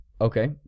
Okay